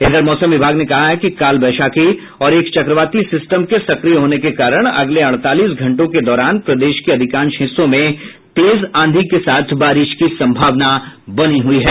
इधर मौसम विभाग ने कहा है कि काल वैशाखी और एक चक्रवाती सिस्टम के सक्रिय होने के कारण अगले अड़तालीस घंटों के दौरान प्रदेश के अधिकांश हिस्सों में तेज आंधी के साथ बारिश की संभावना बनी हुई है